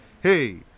Hey